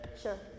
Sure